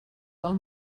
del